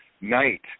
night